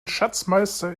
schatzmeister